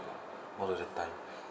all of the time